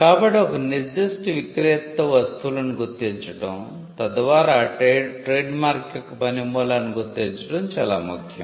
కాబట్టి ఒక నిర్దిష్ట విక్రేతతో వస్తువులను గుర్తించడం తద్వారా ట్రేడ్మార్క్ యొక్క పని మూలాన్ని గుర్తించడం చాలా ముఖ్యం